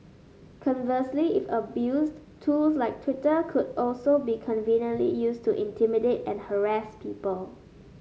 conversely if abused tools like Twitter could also be conveniently used to intimidate and harass people